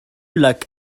lac